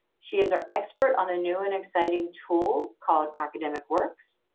she is our expert on the new and exciting tool called academic works.